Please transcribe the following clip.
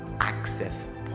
access